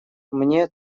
мне